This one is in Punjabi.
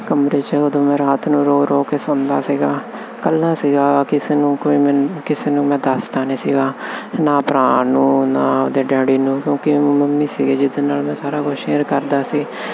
ਕਮਰੇ ਚ ਉਦੋਂ ਮੈਂ ਰਾਤ ਨੂੰ ਰੋ ਰੋ ਕੇ ਸੁਣਦਾ ਸੀਗਾ ਕੱਲਾ ਸੀਗਾ ਕਿਸੇ ਨੂੰ ਕੋਈ ਕਿਸੇ ਨੂੰ ਮੈਂ ਦੱਸਦਾ ਨਹੀਂ ਸੀਗਾ ਨਾ ਭਰਾ ਨੂੰ ਨਾ ਆਪਦੇ ਡੈਡੀ ਨੂੰ ਕਿਉਂਕਿ ਮਮੀ ਸੀਗੇ ਜਿਹਦੇ ਨਾਲ ਮੈਂ ਸਾਰਾ ਕੁਝ ਸ਼ੇਅਰ ਕਰਦਾ ਸੀ ਚਲੇ ਗਏ ਸੀਗੇ ਤਾਂ